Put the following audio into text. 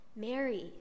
Mary